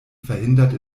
verhindert